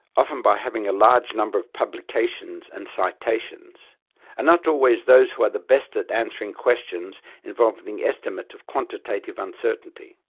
often by having a large number of publications and citations are not always those who are the best at answering questions involving the estimate of quantitative uncertainty.